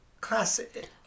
Classic